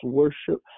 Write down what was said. worship